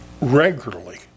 regularly